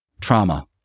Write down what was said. trauma